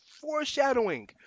foreshadowing